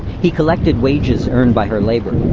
he collected wages earned by her labor.